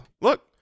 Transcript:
look